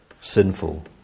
sinful